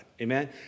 amen